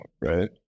right